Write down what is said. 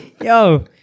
Yo